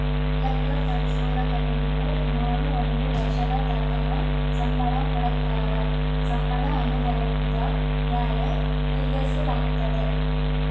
ಲೆಕ್ಕ ಪರಿಶೋಧಕರೀಗೆ ಸುಮಾರು ಒಂದು ಲಕ್ಷದತಕನ ಸಂಬಳ ಕೊಡತ್ತಾರ, ಸಂಬಳ ಅನುಭವುದ ಮ್ಯಾಲೆ ನಿರ್ಧರಿಸಲಾಗ್ತತೆ